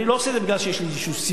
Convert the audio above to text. אני לא עושה את זה מפני שיש לי איזו סיבה,